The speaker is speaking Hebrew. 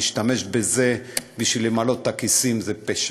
להשתמש בזה בשביל למלא את הכיסים זה פשע.